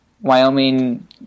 Wyoming